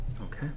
Okay